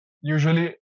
usually